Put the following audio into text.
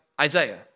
Isaiah